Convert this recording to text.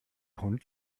hund